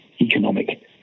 economic